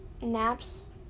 Naps